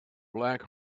black